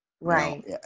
Right